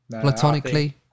platonically